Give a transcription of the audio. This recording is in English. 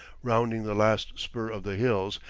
rounding the last spur of the hills,